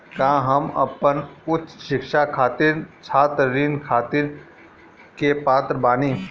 का हम अपन उच्च शिक्षा खातिर छात्र ऋण खातिर के पात्र बानी?